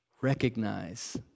recognize